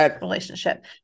relationship